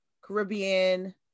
Caribbean